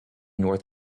north